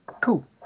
Cool